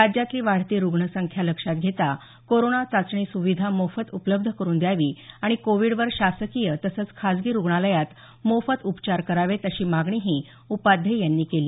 राज्यातली वाढती रुग्णसंख्या लक्षात घेता कोरोना चाचणी सुविधा मोफत उपलब्ध करुन द्यावी आणि कोविडवर शासकीय तसंच खाजगी रुग्णालयात मोफत उपचार करावेत अशी मागणीही उपाध्ये यांनी केली